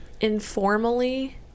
informally